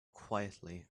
quietly